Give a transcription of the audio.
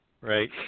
Right